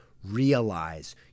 realize